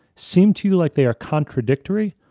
seem to like they are contradictory,